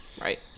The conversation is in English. Right